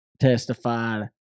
testified